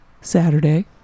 Saturday